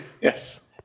Yes